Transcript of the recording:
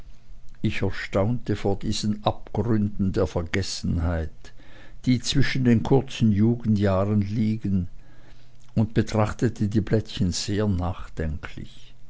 ich erstaunte vor diesen abgründen der vergessenheit die zwischen den kurzen jugendjahren liegen und betrachtete die blättchen sehr nachdenklich